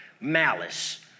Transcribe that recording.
Malice